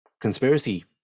conspiracy